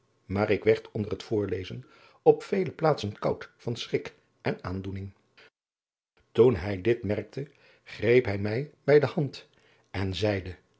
maar ik werd onder het voorlezen op vele piaatsen koud van schrik en aandoening toen hij dit merkte greep hij mij bij de hand en zeide